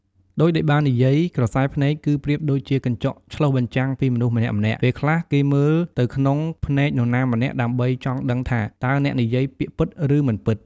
ដូចដែលបាននិយាយ ក្រសែភ្នែក គឺប្រៀបដូចជាកញ្ចក់ឆ្លុះបញ្ចាំងពីមនុស្សម្នាក់ៗ ពេលខ្លះគេមើលទៅក្នុងភ្នែកនរណាម្នាក់ ដើម្បីចង់ដឹងថា តើអ្នកនិយាយពាក្យពិត ឬ មិនពិត។